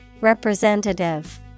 Representative